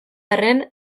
arren